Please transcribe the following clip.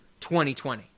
2020